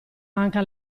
manca